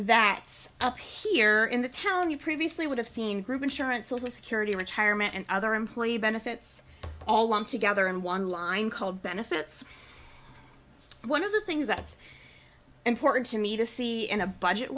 that up here in the town you previously would have seen group insurance social security retirement and other employee benefits all lumped together in one line called benefits one of the things that's important to me to see in a budget